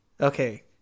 okay